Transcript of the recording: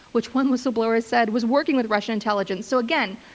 which one whistleblower has said was working with russian intelligence. so again,